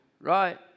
right